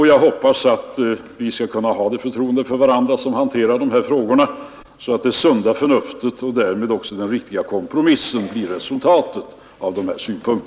Jag hoppas att vi som hanterar de här frågorna skall kunna ha ett sadant förtroende för varandra att det sunda förnuftet och därmed också den riktiga kompromissen blir resultatet.